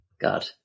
God